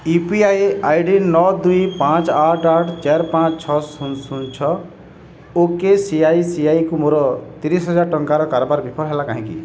you P I I D ନଅ ଦୁଇ ପାଞ୍ଚ ଆଠ ଆଠ ଚାରି ପାଞ୍ଚ ଛଅ ଶୂନ ଶୂନ ଛଅ ଓକେସିଆଇସିଆଇକୁ ମୋର ତିରିଶ ହଜାର ଟଙ୍କାର କାରବାର ବିଫଳ ହେଲା କାହିଁକି